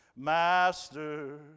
Master